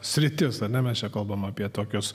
srities ana mes kalbame apie tokius